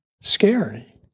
scary